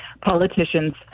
politicians